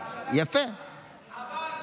הרוב קובע,